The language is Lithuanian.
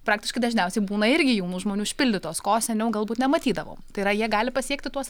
praktiškai dažniausiai būna irgi jaunų žmonių užpildytos ko seniau galbūt nematydavau tai yra jie gali pasiekti tuos